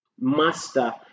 master